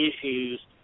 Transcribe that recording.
issues